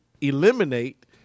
eliminate